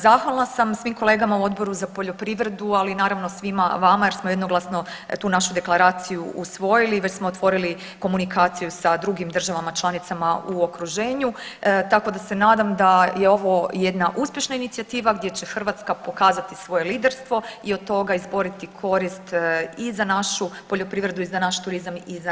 Zahvalna sam svim kolegama u odboru za poljoprivredu, ali naravno i svima vama jer smo jednoglasno tu našu deklaraciju usvojili, već smo otvorili komunikaciju sa drugim državama članicama u okruženju, tako da se nadam da je ovo jedna uspješna inicijativa gdje će Hrvatska pokazati svoje liderstvo i od toga izboriti korist i za našu poljoprivredu i za naš turizam i za naše građane.